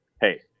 hey